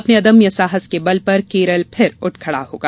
अपने अदम्य साहस के बल पर केरल फिर उठ खड़ा होगा